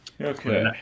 Okay